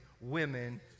women